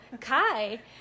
Kai